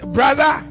brother